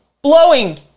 blowing